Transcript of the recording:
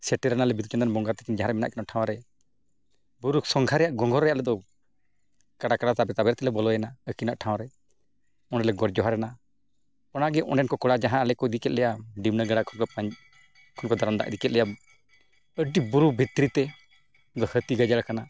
ᱥᱮᱴᱮᱨ ᱱᱟᱞᱮ ᱵᱤᱸᱫᱩᱼᱪᱟᱸᱫᱟᱱ ᱵᱚᱸᱜᱟ ᱛᱟᱹᱠᱤᱱ ᱡᱟᱦᱟᱸᱨᱮ ᱢᱮᱱᱟᱜ ᱠᱤᱱᱟ ᱴᱷᱟᱶ ᱨᱮ ᱵᱩᱨᱩ ᱥᱚᱸᱜᱷᱟ ᱨᱮᱭᱟᱜ ᱜᱷᱚᱸᱜᱚᱨ ᱨᱮ ᱟᱞᱮ ᱫᱚ ᱠᱟᱰᱟ ᱠᱟᱰᱟ ᱛᱟᱵᱮᱨ ᱛᱟᱵᱮᱨ ᱛᱮᱞᱮ ᱵᱚᱞᱚᱭᱮᱱᱟ ᱟᱹᱠᱤᱱᱟᱜ ᱴᱷᱟᱶ ᱨᱮ ᱚᱸᱰᱮ ᱞᱮ ᱜᱚᱰ ᱡᱚᱸᱦᱟᱨᱮᱱᱟ ᱚᱱᱟᱜᱮ ᱚᱸᱰᱮᱱ ᱠᱚ ᱠᱚᱲᱟ ᱟᱞᱮ ᱡᱟᱦᱟᱸ ᱟᱞᱮ ᱠᱚ ᱤᱫᱤ ᱠᱮᱜ ᱞᱮᱭᱟ ᱰᱤᱢᱱᱟᱹ ᱜᱟᱲᱟ ᱠᱷᱚᱡ ᱠᱚ ᱫᱟᱨᱟᱢ ᱫᱟᱜ ᱤᱫᱤ ᱠᱮᱜ ᱞᱮᱭᱟ ᱟᱹᱰᱤ ᱵᱩᱨᱩ ᱵᱷᱤᱛᱨᱤ ᱛᱮ ᱚᱱᱟᱫᱚ ᱦᱟᱹᱛᱤ ᱜᱟᱡᱟᱲ ᱠᱟᱱᱟ